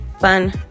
fun